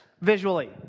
visually